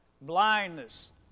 blindness